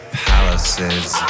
palaces